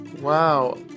Wow